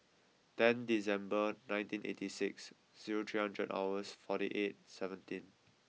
ten December nineteen eighty six zero charge at hours forty eight seventeen